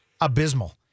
Abysmal